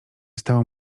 stało